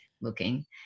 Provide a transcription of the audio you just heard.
looking